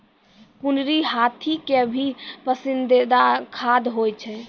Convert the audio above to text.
कुनरी हाथी के भी पसंदीदा खाद्य होय छै